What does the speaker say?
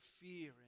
fear